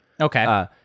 Okay